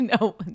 No